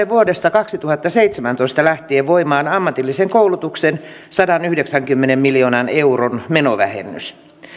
vuodesta kaksituhattaseitsemäntoista lähtien ammatillisen koulutuksen sadanyhdeksänkymmenen miljoonan euron menovähennys